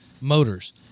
motors